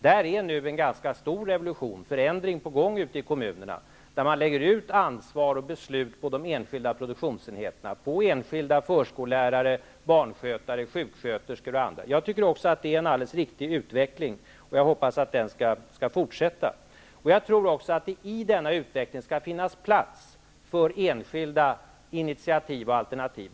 Där är nu en ganska stor revolution, en förändring, på gång ute i kommunerna, där man lägger ut ansvar och beslut på de enskilda produktionsenheterna, på enskilda förskollärare, barnskötare, sjuksköterskor och andra. Det är en riktig utveckling, och jag hoppas att den skall fortsätta. Jag tror också att det i denna utveckling skall finnas plats för enskilda initiativ och alternativ.